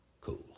cool